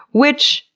which,